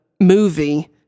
movie